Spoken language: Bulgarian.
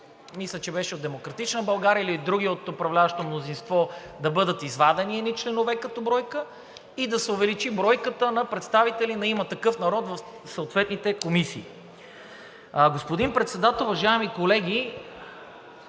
мисля, че беше от „Демократична България“ или други от управляващото мнозинство да бъдат извадени едни членове като бройка и да се увеличи бройката на представители на „Има такъв народ“ в съответните комисии. Господин Председател, уважаеми колеги,